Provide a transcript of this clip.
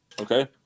Okay